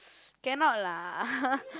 cannot lah